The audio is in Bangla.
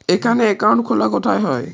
এখানে অ্যাকাউন্ট খোলা কোথায় হয়?